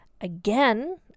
again